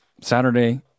Saturday